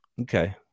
Okay